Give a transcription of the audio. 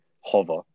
hover